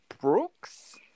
Brooks